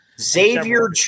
Xavier